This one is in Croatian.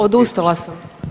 Odustala sam.